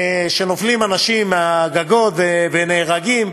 שנופלים אנשים מהגגות ונהרגים.